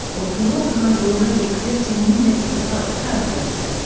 or reorganize already existing units to such purpose.